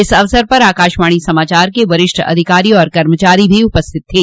इस अवसर पर आकाशवाणी समाचार के वरिष्ठ अधिकारी और कर्मचारी भी उपस्थित थे